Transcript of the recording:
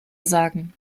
sagen